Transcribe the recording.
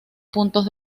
puntos